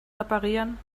reparieren